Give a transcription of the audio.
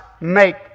make